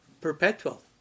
perpetual